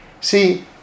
See